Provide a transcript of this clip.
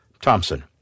Thompson